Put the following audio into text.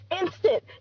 instant